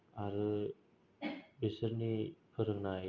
आरो बेसोरनि फोरोंनाय